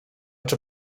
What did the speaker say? czy